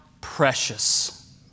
precious